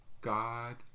God